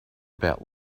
about